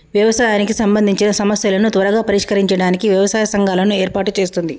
వ్యవసాయానికి సంబందిచిన సమస్యలను త్వరగా పరిష్కరించడానికి వ్యవసాయ సంఘాలను ఏర్పాటు చేస్తుంది